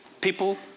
People